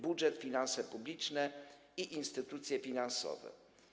Budżet, finanse publiczne i instytucje finansowe.